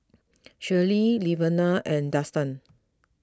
Shirlee Levina and Dustan